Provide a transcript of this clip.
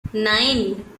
nine